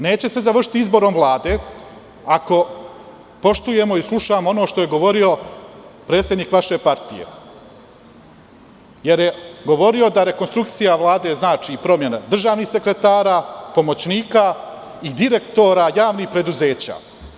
Neće se završiti izborom Vlade ako poštujemo i slušamo ono što je govorio predsednik vaše partije, jer je govorio da rekonstrukcija Vlade znači promenu državnih sekretara, pomoćnika i direktora javnih preduzeća.